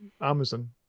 Amazon